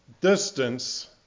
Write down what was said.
distance